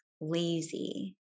lazy